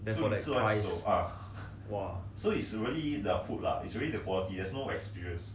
then for that price !whoa!